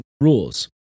rules